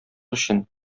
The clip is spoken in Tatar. өчен